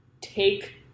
take